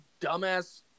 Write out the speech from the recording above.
dumbass